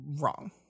wrong